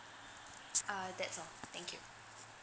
uh that's all thank you